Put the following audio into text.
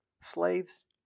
Slaves